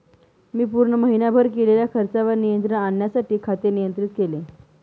मी पूर्ण महीनाभर केलेल्या खर्चावर नियंत्रण आणण्यासाठी खाते नियंत्रित केले